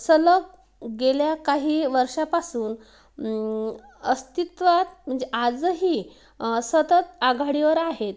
सलग गेल्या काही वर्षापासून अस्तित्वात म्हणजे आजही सतत आघाडीवर आहेत